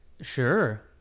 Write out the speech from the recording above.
Sure